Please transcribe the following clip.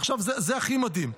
עכשיו זה הכי מדהים,